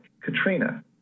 Katrina